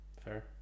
fair